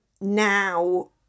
now